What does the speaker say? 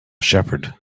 shepherd